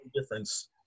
difference